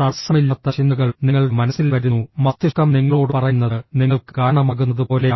തടസ്സമില്ലാത്ത ചിന്തകൾ നിങ്ങളുടെ മനസ്സിൽ വരുന്നു മസ്തിഷ്കം നിങ്ങളോട് പറയുന്നത് നിങ്ങൾക്ക് കാരണമാകുന്നത് പോലെയാണ്